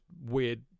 weird